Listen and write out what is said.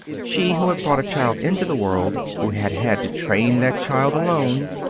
she who had brought a child into the world, who had had to train that child alone,